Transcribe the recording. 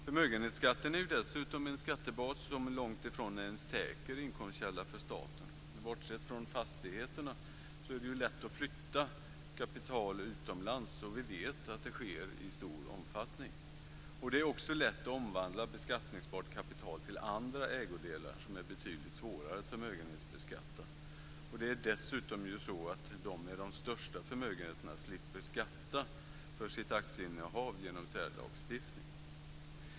Förmögenhetsskatten är dessutom en skattebas som långtifrån är en säker inkomstkälla för staten. Bortsett från fastigheterna är det ju lätt att flytta kapital utomlands. Vi vet att det sker i stor omfattning. Det är också lätt att omvandla beskattningsbart kapital till andra ägodelar, som är betydligt svårare att förmögenhetsbeskatta. Dessutom är det ju så att de med de största förmögenheterna slipper skatta för sina aktieinnehav genom särlagstiftning.